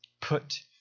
Put